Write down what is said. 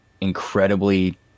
incredibly